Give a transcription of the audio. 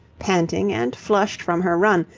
panting and flushed from her run,